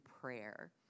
prayer